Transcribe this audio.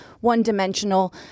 one-dimensional